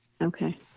Okay